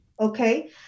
Okay